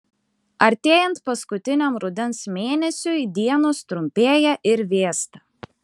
artėjant paskutiniam rudens mėnesiui dienos trumpėja ir vėsta